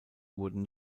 wurden